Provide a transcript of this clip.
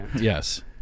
Yes